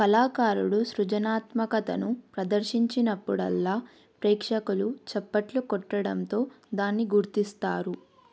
కళాకారుడు సృజనాత్మకతను ప్రదర్శించినప్పుడల్లా ప్రేక్షకులు చప్పట్లు కొట్టడంతో దాన్ని గుర్తిస్తారు